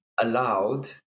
allowed